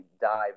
dive